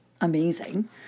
amazing